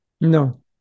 No